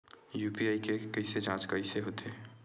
UPI के के जांच कइसे होथे?